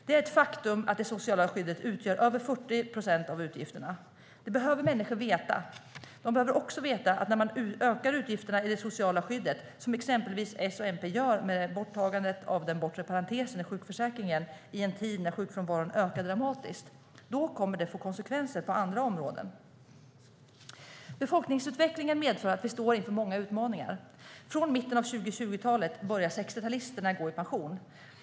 Det är ett faktum att det sociala skyddet utgör över 40 procent av utgifterna. Det behöver människor veta. De behöver också veta att när man ökar utgifterna i det sociala skyddet, som exempelvis S och MP gör med borttagandet av den bortre parentesen i sjukförsäkringen i en tid när sjukfrånvaron ökar dramatiskt, då kommer det att få konsekvenser på andra områden. Befolkningsutvecklingen medför att vi står inför många utmaningar. Från mitten av 2020-talet börjar 60-talisterna gå i pension.